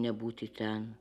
nebūti ten